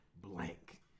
blank